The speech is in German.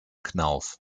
knauf